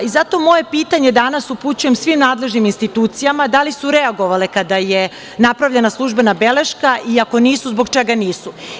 Zato moje pitanje danas upućujem svim nadležnim institucijama - da li su reagovale kada je napravljena službena beleška i ako nisu zbog čega nisu?